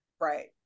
Right